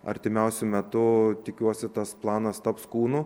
artimiausiu metu tikiuosi tas planas taps kūnu